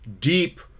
deep